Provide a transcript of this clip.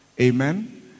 amen